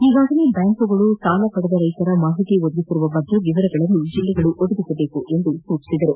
ಈಗಾಗಲೇ ಬ್ಯಾಂಕುಗಳು ಸಾಲ ಪಡೆದ ರೈತರ ಮಾಹಿತಿ ಒದಗಿಸಿರುವ ಬಗ್ಗೆ ವಿವರಗಳನ್ನು ಜಿಲ್ಲೆಗಳು ಒದಗಿಸಬೇಕು ಎಂದರು